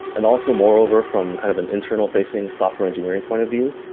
and also moreover from kind of an internal facing software engineering point of view.